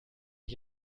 ich